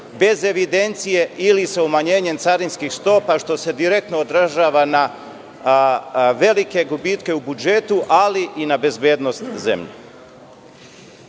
bez evidencije, ili sa umanjenjem carinskih stopa, što se direktno odražava na velike gubitke u budžetu, ali i na bezbednost zemlje. Po